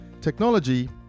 technology